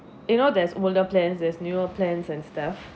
you know there's older plans there's newer plans and stuff